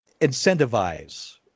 incentivize